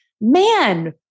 man